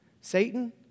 Satan